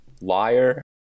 Liar